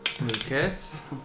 Lucas